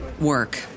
work